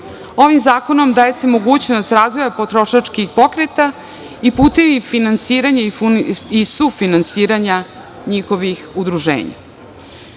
Ovim zakonom daje se mogućnost razvoja potrošačkih pokreta i putevi finansiranja i sufinansiranja